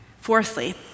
Fourthly